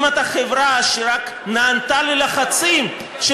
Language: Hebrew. אם אתה חברה שרק נענתה ללחצים של